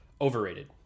overrated